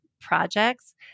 projects